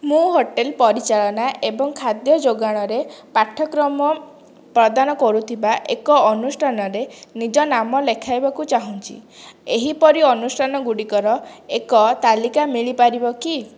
ମୁଁ ହୋଟେଲ୍ ପରିଚାଳନା ଏବଂ ଖାଦ୍ୟ ଯୋଗାଣ ରେ ପାଠ୍ୟକ୍ରମ ପ୍ରଦାନ କରୁଥିବା ଏକ ଅନୁଷ୍ଠାନରେ ନିଜ ନାମ ଲେଖାଇବାକୁ ଚାହୁଁଛି ଏହିପରି ଅନୁଷ୍ଠାନ ଗୁଡ଼ିକର ଏକ ତାଲିକା ମିଳିପାରିବ କି